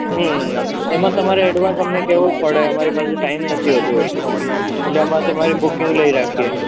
હમ્મ એમાં તમારે એડવાન્સ અમને કહેવું પડે અમારી પાસે ટાઈમ નથી હોતો એટલો એટલે અમે તમારી બુકિંગ લઇ રાખીએ